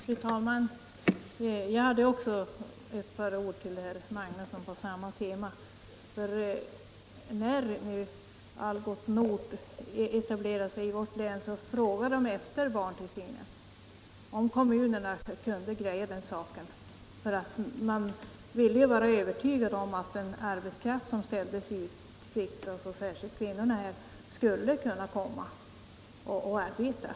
Fru talman! Jag hade också tänkt säga ett par ord till herr Magnusson i Borås på samma tema som fru Hörnlund tog upp. När Algots Nord etablerade sig i vårt län frågade man om kommunerna kunde ordna barntillsynen. Man ville vara övertygad om att den arbetskraft som ställdes i utsikt, särskilt då kvinnorna, skulle kunna komma och arbeta.